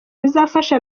ruzafasha